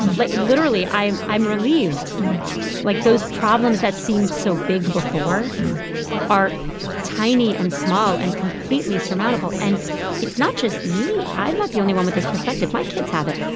like literally, i'm i'm relieved like those problems that seemed so big before are tiny and small and completely surmountable. and it's not just me i'm not the only one with this perspective. my kids have it.